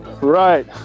Right